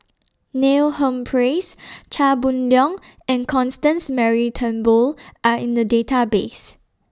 Neil Humphreys Chia Boon Leong and Constance Mary Turnbull Are in The Database